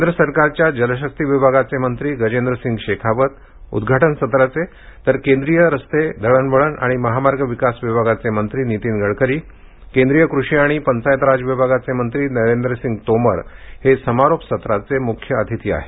केंद्र सरकारच्या जलशक्ती विभागाचे मंत्री गजेंद्रसिंग शेखावत उद्घाटन सत्राचे तर केंद्रीय रस्ते दळणवळण आणि महामार्ग विकास विभागाचे मंत्री नीतीन गडकरी केंद्रीय कृषी आणि पंचायतराज विभागचे मंत्री नरेंद्रसिंग तोमर हे समारोप सत्राचे प्रमुख अतिथी आहेत